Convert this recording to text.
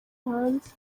hanze